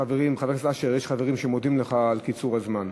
חבר הכנסת אשר, יש חברים שמודים לך על קיצור הזמן.